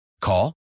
Call